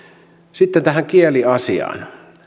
sitten tähän kieliasiaan